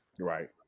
right